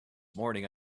morning